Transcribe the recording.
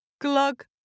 glug